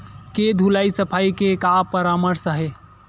के धुलाई सफाई के का परामर्श हे?